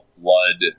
blood